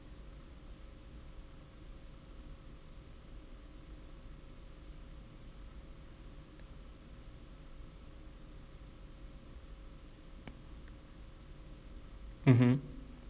mmhmm